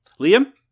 Liam